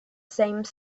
same